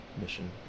mission